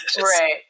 right